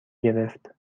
گرفت